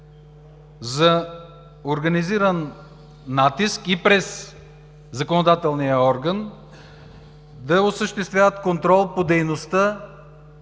за организиран натиск и през законодателния орган да осъществяват контрол по дейността